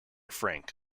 frank